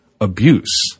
abuse